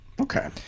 Okay